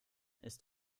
ist